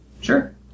Sure